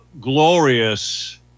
glorious